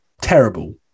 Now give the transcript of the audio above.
terrible